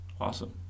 awesome